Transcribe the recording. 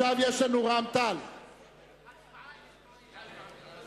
שכן אחרת נימצא במצב שבו לא נוכל,